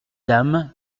dame